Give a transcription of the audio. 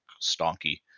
stonky